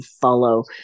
follow